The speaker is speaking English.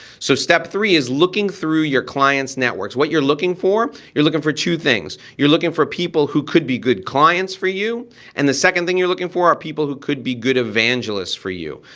so step three is looking through your clients' networks. what you're looking for? you're looking for two things. you're looking for people who could be good clients for you and the second thing you're looking for are people who could be good evangelists for you.